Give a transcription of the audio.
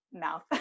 mouth